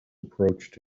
approached